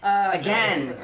again,